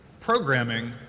programming